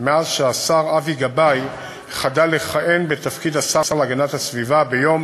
מאז חדל השר אבי גבאי לכהן בתפקיד השר להגנת הסביבה ביום